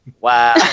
Wow